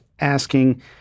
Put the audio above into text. asking